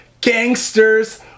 Gangsters